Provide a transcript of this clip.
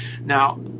now